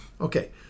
Okay